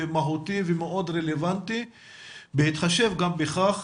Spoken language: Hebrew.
מהותי ומאוד רלוונטי בהתחשב גם בכך